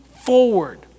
forward